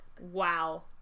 Wow